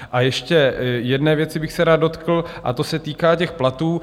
A ještě jedné věci bych se rád dotkl a ta se týká těch platů.